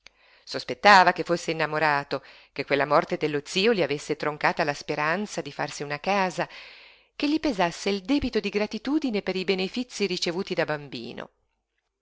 sospettava che fosse innamorato che quella morte dello zio gli avesse troncata la speranza di farsi una casa che gli pesasse il debito di gratitudine per i benefizii ricevuti da bambino